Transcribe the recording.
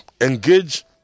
engage